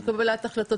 של קבלת החלטות.